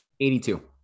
82